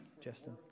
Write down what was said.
Justin